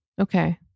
Okay